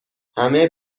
همه